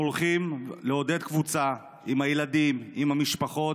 אנחנו הולכים לעודד קבוצה עם הילדים, עם המשפחות,